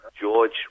George